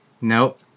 Nope